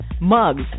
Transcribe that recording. mugs